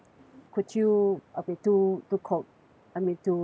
could you I mean to to con~ I mean to